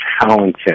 talented